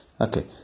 Okay